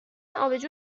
آبجو